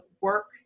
work